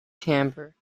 timbre